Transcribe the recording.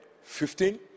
fifteen